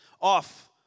off